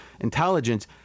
intelligence